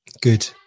Good